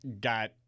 got